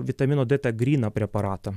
vitamino d tą gryną preparatą